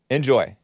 Enjoy